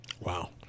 Wow